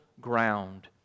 ground